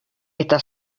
eta